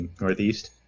Northeast